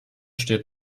steht